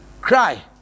cry